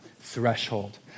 threshold